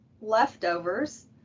leftovers